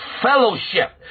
fellowship